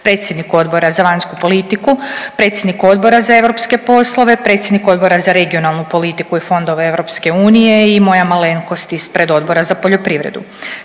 predsjednik Odbora za vanjsku politiku, predsjednik Odbor za europske poslove, predsjednik Odbora za regionalnu politiku i fondove EU i moja malenkost ispred Odbora za poljoprivredu.